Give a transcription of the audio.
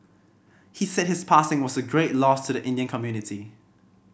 he said his passing was a great loss to the Indian community